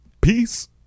Peace